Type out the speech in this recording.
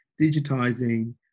digitizing